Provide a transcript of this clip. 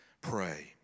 pray